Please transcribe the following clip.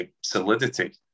solidity